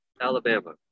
Alabama